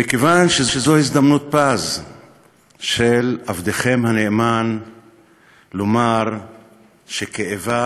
מכיוון שזו הזדמנות פז של עבדכם הנאמן לומר שכאבה